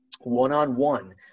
one-on-one